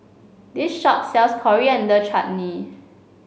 this shop sells Coriander Chutney